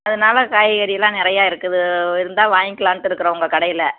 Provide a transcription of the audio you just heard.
அதனால் காய்கறியெல்லாம் நிறையா இருக்குது இருந்தால் வாங்கிக்கலான்ட்டு இருக்கிறோம் உங்கள் கடையில்